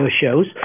shows